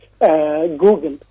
google